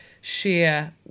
share